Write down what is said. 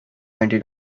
twenty